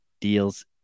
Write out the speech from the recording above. deals